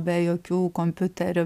be jokių kompiuterių